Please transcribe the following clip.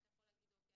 שאתה יכול להגיד אוקי,